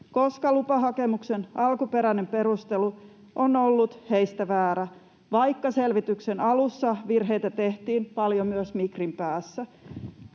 koska lupahakemuksen alkuperäinen perustelu on ollut heistä väärä — ja vaikka selvityksen alussa virheitä tehtiin paljon myös Migrin päässä.